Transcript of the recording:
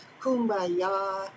kumbaya